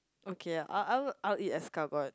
okay I I'll I'll eat escargot